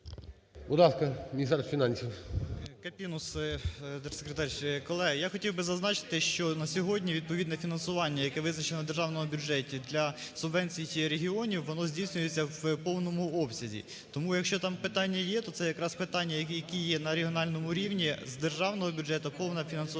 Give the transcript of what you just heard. Капінус, держсекретар. Колеги, я хотів би зазначити, що на сьогодні відповідне фінансування, яке визначено в державному бюджеті для субвенцій регіонів, воно здійснюється в повному обсязі. Тому, якщо там питання є, то якраз це питання, які є на регіональному рівні з державного бюджету повне фінансування